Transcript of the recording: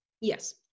Yes